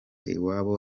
iwabo